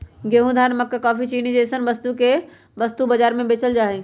गेंहूं, धान, मक्का काफी, चीनी जैसन वस्तु के वस्तु बाजार में बेचल जा हई